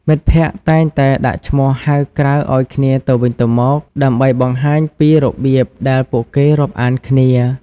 មិត្តភក្តិតែងតែដាក់ឈ្មោះហៅក្រៅឱ្យគ្នាទៅវិញទៅមក ដើម្បីបង្ហាញពីរបៀបដែលពួកគេរាប់អានគ្នា។